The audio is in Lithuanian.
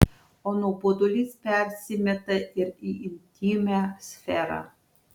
o nuobodulys persimeta ir į intymią sferą